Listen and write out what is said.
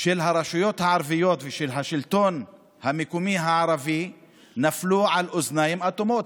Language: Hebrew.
של הרשויות הערביות ושל השלטון המקומי הערבי נפלו על אוזניים אטומות,